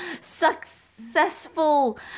successful